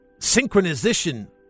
synchronization